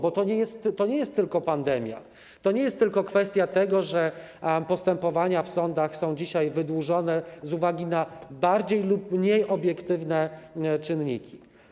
Bo to nie jest tylko pandemia, to nie jest tylko kwestia tego, że postępowania w sądach są dzisiaj wydłużone z uwagi na bardziej lub mniej obiektywne czynniki.